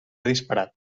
disparat